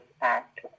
act